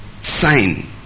sign